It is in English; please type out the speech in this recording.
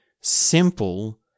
simple